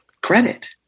credit